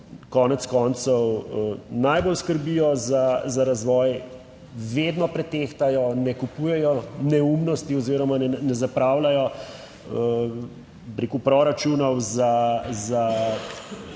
konec koncev najbolj skrbijo za razvoj, vedno pretehtajo, ne kupujejo neumnosti oziroma ne zapravljajo, bi rekel, proračunov za